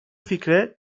fikre